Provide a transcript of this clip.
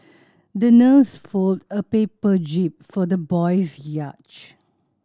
the nurse folded a paper jib for the little boy's yacht